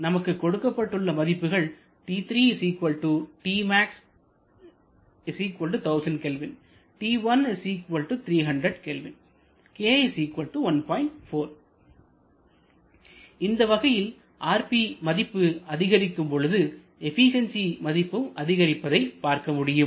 நமக்கு கொடுக்கப்பட்டுள்ள மதிப்புகள் இந்த வகையில் rp மதிப்பு அதிகரிக்கும் பொழுது எபிசியன்சி மதிப்பும் அதிகரிப்பதை பார்க்க முடியும்